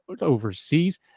overseas